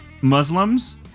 Muslims